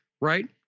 right